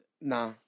Nah